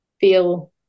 feel